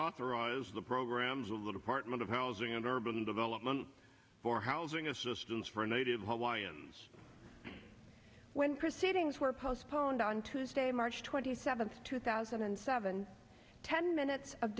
reauthorize the programs a little apartment of housing and urban development for housing assistance for native hawaiians when proceedings were postponed on tuesday march twenty seventh two thousand and seven ten